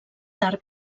tard